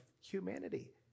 humanity